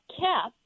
kept